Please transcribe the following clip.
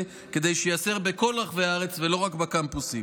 כדי שייאסר בכל רחבי הארץ ולא רק בקמפוסים.